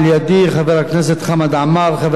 חבר הכנסת סעיד נפאע,